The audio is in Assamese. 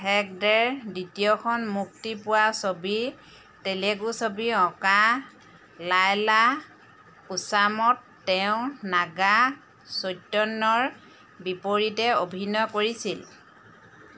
হেগদেৰ দ্বিতীয়খন মুক্তি পোৱা ছবি তেলেগু ছবি 'অকা লাইলা কোছাম'ত তেওঁ নাগা চৈতন্যৰ বিপৰীতে অভিনয় কৰিছিল